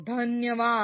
धन्यवाद